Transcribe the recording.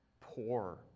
poor